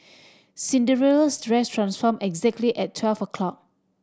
Cinderella's dress transformed exactly at twelve o' clock